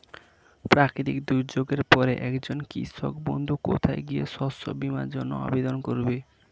প্রাকৃতিক দুর্যোগের পরে একজন কৃষক বন্ধু কোথায় গিয়ে শস্য বীমার জন্য আবেদন করবে?